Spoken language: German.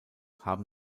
haben